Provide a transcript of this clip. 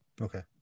Okay